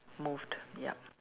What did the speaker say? moved ya